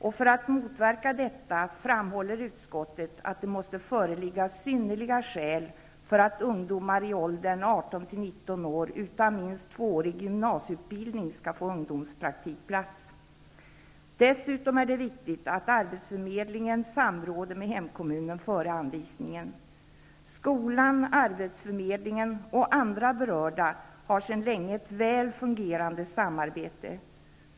För att motverka detta framhåller utskottet att det måste föreligga synnerliga skäl för att ungdomar i åldern 18--19 år utan minst tvåårig gymnasieutbildning skall få ungdomspraktikplats. Dessutom är det viktigt att arbetsförmedlingen samråder med hemkommunen före anvisningen. Skolan, arbetsförmedlingen och andra berörda har sedan länge ett väl fungerande samarbete.